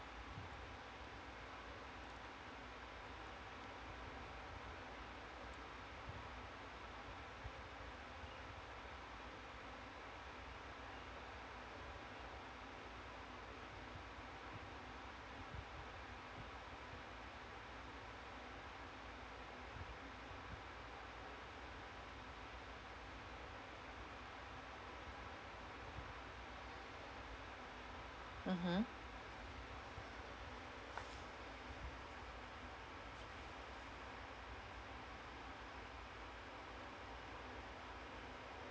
mmhmm